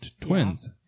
twins